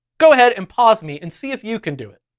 go ahead and pause me and see if you can do it.